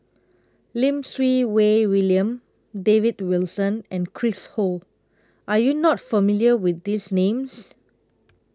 Lim Siew Wai William David Wilson and Chris Ho Are YOU not familiar with These Names